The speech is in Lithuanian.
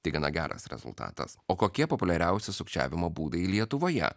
tai gana geras rezultatas o kokie populiariausi sukčiavimo būdai lietuvoje